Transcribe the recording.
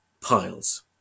piles